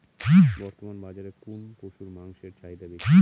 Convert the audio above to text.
বর্তমান বাজারে কোন পশুর মাংসের চাহিদা বেশি?